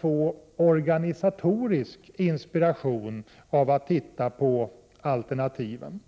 få organisatorisk inspiration av att se på alternativen.